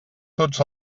tots